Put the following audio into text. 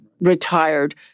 retired